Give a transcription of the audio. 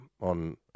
on